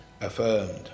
affirmed